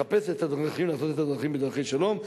לחפש את הדרכים, לעשות זאת בדרכי שלום.